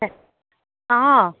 হয় অঁ